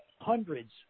hundreds